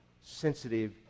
sensitive